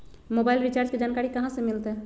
Mobile recharge के जानकारी कहा से मिलतै?